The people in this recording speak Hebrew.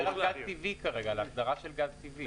אתה מדבר על גז טבעי כרגע, על החדרה של גז טבעי.